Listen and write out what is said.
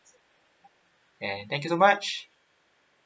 then thank you so much